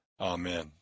Amen